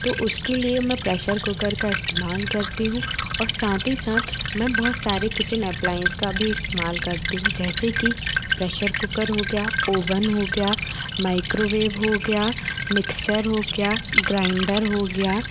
तो उसके लिए मै प्रेशर कुकर का इस्तेमाल करती हूँ और साथ ही साथ मैं बहुत सारे किचन एपलाएन्स का भी इस्तेमाल करती हूँ जैसे की प्रेशर कुकर हो गया ओवन हो गया माइक्रोवेव हो गया मिक्सर हो गया ग्राइन्डर हो गया